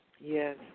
Yes